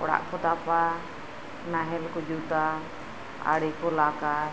ᱚᱲᱟᱜ ᱠᱩ ᱫᱟᱯᱟ ᱱᱟᱦᱮᱞ ᱠᱩ ᱡᱩᱛᱟ ᱟᱲᱤᱠᱩ ᱞᱟᱜᱼᱟ